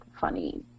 funny